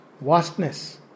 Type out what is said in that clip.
vastness